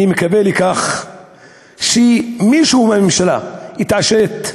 אני מקווה שמישהו בממשלה יתעשת,